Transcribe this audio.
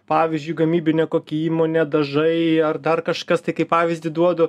pavyzdžiui gamybinė kokia įmonė dažai ar dar kažkas tai kaip pavyzdį duodu